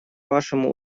вашему